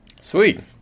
Sweet